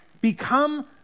become